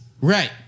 Right